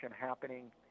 happening